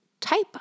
type